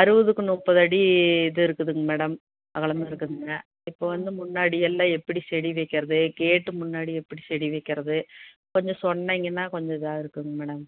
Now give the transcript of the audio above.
அறுபதுக்கு முப்பது அடி இது இருக்குதுங்க மேடம் அகலம் இருக்குதுங்க இப்போ வந்து முன்னாடி எல்லாம் எப்படி செடி வைக்கிறது கேட்டு முன்னாடி எப்படி செடி வைக்கிறது கொஞ்சம் சொன்னிங்கன்னால் கொஞ்சம் இதுவாக இருக்குங்க மேடம்